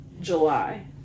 july